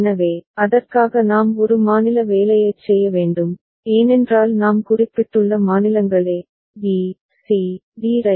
எனவே அதற்காக நாம் ஒரு மாநில வேலையைச் செய்ய வேண்டும் ஏனென்றால் நாம் குறிப்பிட்டுள்ள மாநிலங்கள் a b c d right